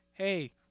Hey